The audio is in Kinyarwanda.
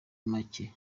make